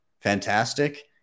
fantastic